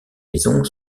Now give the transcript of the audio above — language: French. maison